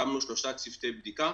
הקמנו שלושה צוותי בדיקה